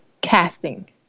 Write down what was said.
casting